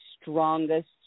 strongest